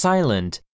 Silent